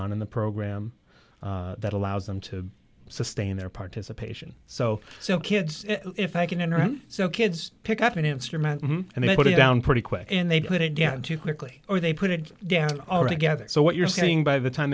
on in the program that allows them to sustain their participation so so kids if i can interrupt so kids pick up an instrument and they put it down pretty quick and they get it down too quickly or they put it down altogether so what you're saying by the time